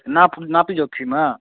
नापी जोखीमे